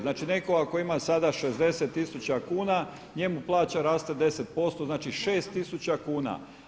Znači, nekoga tko ima sada 60000 kuna njemu plaća raste 10%, znači 6000 kuna.